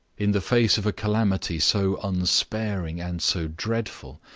in the face of a calamity so unsparing and so dreadful,